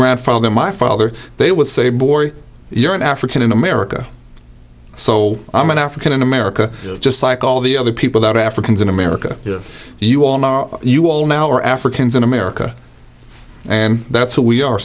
grandfather my father they would say boy you're an african in america so i'm an african in america just like all the other people that africans in america you all know you all now are africans in america and that's who we are